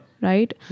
right